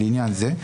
לעניין זה,